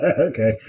Okay